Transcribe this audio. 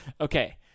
okay